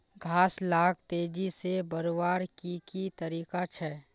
घास लाक तेजी से बढ़वार की की तरीका छे?